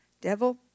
devil